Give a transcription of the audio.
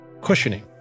cushioning